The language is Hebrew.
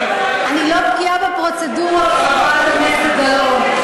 חבר הכנסת מיקי לוי,